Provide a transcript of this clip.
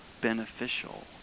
beneficial